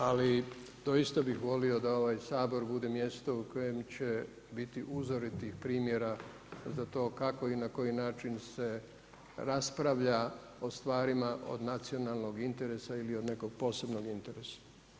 Ali doista bih volio da ovaj Sabor bude mjesto u kojem će biti uzoritih primjera za to kako i na koji način se raspravlja o stvarima od nacionalnog interesa ili od nekog posebnog interesa.